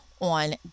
on